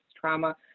trauma